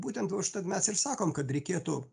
būtent va užtat mes ir sakom kad reikėtų